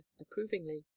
approvingly